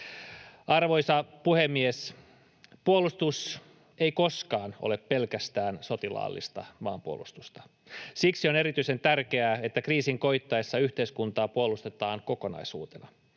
Arvoisa puhemies! Puolustus ei koskaan ole pelkästään sotilaallista maanpuolustusta. Siksi on erityisen tärkeää, että kriisin koittaessa yhteiskuntaa puolustetaan kokonaisuutena